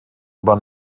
über